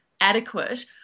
adequate